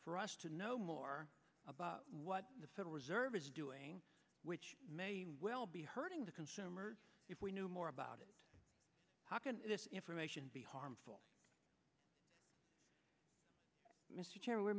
for us to know more about what the federal reserve is doing which may well be hurting the consumer if we knew more about it how can this information be harmful mr chairman we're